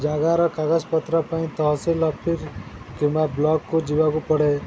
ଜାଗାର କାଗଜପତ୍ର ପାଇଁ ତହସଲ ଅଫିସ୍ କିମ୍ବା ବ୍ଲକ୍କୁ ଯିବାକୁ ପଡ଼େ